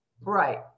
Right